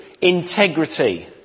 integrity